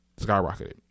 skyrocketed